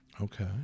Okay